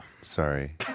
Sorry